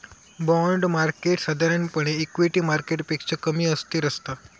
bond market साधारणपणे equity मार्केटपेक्षा कमी अस्थिर असता